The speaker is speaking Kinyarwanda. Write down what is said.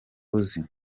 uzi